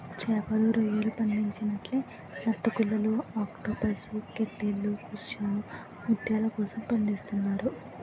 చేపలు, రొయ్యలు పండించినట్లే నత్తగుల్లలు ఆక్టోపస్ కేటిల్ ఫిష్లను ముత్యాల కోసం పండిస్తున్నారు